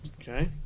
Okay